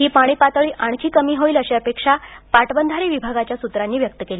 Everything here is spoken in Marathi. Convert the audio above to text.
ही पाणी पातळी आणखी कमी होईल अशी अपेक्षा पाटबंधारे विभागाच्या सूत्रांनी व्यक्त केली